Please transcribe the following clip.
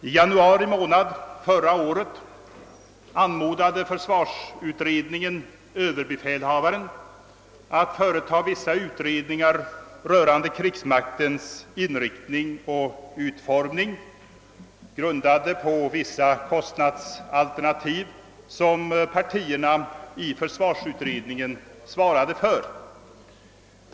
I januari månad förra året anmodade försvarsutredningen överbefälhavaren att företa vissa utredningar rörande krigsmaktens inriktning och utformning, grundade på vissa kostnadsalternativ, som partierna i försvarsutredningen svarade för.